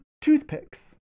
toothpicks